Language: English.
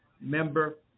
member